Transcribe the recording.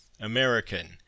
American